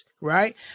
right